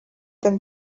them